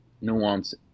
nuance